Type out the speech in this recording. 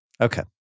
Okay